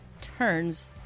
turns